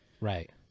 right